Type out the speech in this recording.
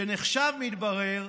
שנחשב, מתברר,